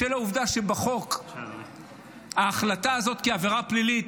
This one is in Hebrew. בשל העובדה שבחוק ההחלטה הזאת כעבירה פלילית,